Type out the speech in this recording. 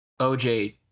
OJ